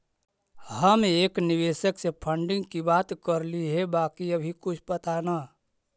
हम एक निवेशक से फंडिंग की बात करली हे बाकी अभी कुछ पता न